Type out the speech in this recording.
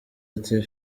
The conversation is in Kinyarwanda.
ati